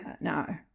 No